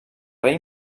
rei